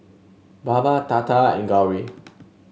Baba Tata and Gauri